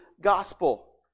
gospel